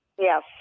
Yes